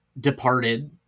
Departed